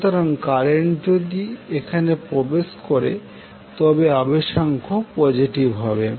সুতরাং কারেন্ট যদি এখানে প্রবেশ করে তবে আবেশাঙ্ক পোজেটিভ হবে